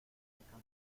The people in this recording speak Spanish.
cansado